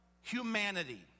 humanity